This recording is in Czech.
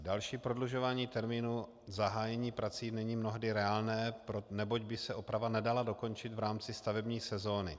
Další prodlužování termínu zahájení prací není mnohdy reálné, neboť by se oprava nedala dokončit v rámci stavební sezóny.